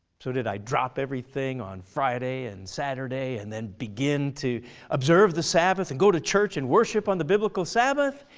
so did i drop everything on friday and saturday and then begin to observe the sabbath and go to church and worship on the biblical sabbath?